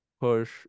push